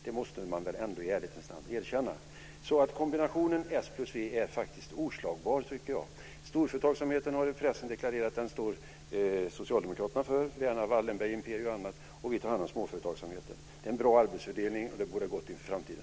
Det måste man väl ändå i ärlighetens namn erkänna. Kombinationen s plus v är faktiskt oslagbar tycker jag. Storföretagsamheten, Wallenbergimperiet och annat, har pressen deklarerat att Socialdemokraterna står för, och vi tar hand om småföretagsamheten. Det är en bra arbetsfördelning, och det bådar gott inför framtiden.